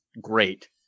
great